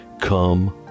come